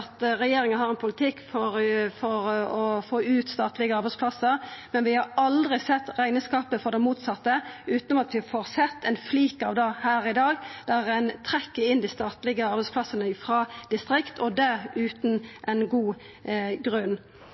at regjeringa har ein politikk for å få ut statlege arbeidsplassar, men vi har aldri sett rekneskapen for det motsette – utanom at vi får sett ein flik av det her i dag, der ein trekkjer inn statlege arbeidsplassar frå distrikta, og det utan ein god grunn.